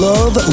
Love